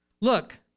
look